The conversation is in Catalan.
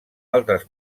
altres